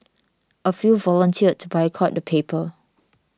a few volunteered boycott the paper